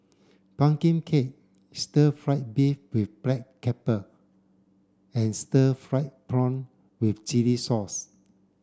pumpkin cake stir fried beef with black and stir fried prawn with chili sauce